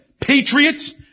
Patriots